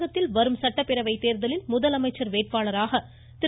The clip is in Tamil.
தமிழகத்தில் வரும் சட்டப்பேரவை தேர்தலில் முதலமைச்சர் வேட்பாளராக திரு